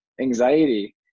anxiety